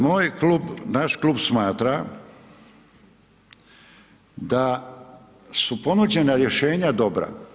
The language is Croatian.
Moj klub, naš klub smatra da su ponuđena rješenja dobra.